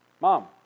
Mom